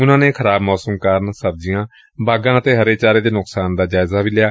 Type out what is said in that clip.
ਉਨੂਾਂ ਨੇ ਖਰਾਬ ਮੌਸਮ ਕਾਰਨ ਸਬਜ਼ੀਆਂ ਬਾਗਾਂ ਅਤੇ ਹਰੇ ਚਾਰੇ ਦੇ ਨੁਕਸਾਨ ਦਾ ਜਾਇਜ਼ਾ ਵੀ ਲਿਆ